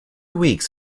weeks